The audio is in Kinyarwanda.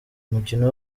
umukino